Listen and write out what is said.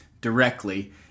directly